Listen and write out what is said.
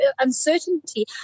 uncertainty